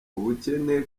ubukene